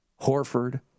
Horford